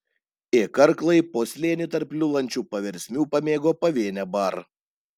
ė karklai po slėnį tarp liulančių paversmių pamėgo pavėnę bar